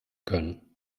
können